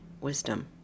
wisdom